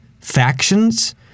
factions